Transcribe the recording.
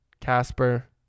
Casper